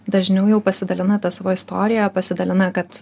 dažniau jau pasidalina ta savo istorija pasidalina kad